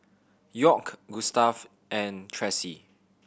York Gustave and Tressie